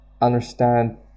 understand